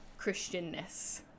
christianness